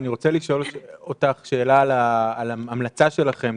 אני רוצה לשאול אותך שאלה על ההמלצה שלכם,